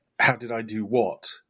how-did-I-do-what